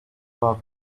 love